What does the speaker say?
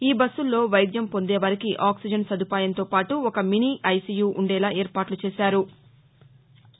ఈ బస్సుల్లో వైద్యం పొందేవారికి ఆక్సిజన్ సదుపాయంతో పాటు ఒక మినీ ఐసియు ఉండేలా ఏర్పాట్లు చేశారు